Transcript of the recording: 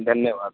دھنیہ واد